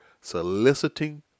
soliciting